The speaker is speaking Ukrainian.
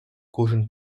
кожен